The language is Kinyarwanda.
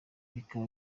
bikaba